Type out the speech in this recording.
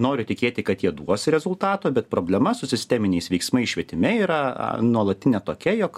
noriu tikėti kad jie duos rezultato bet problema su sisteminiais veiksmais švietime yra nuolatinė tokia jog